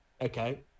okay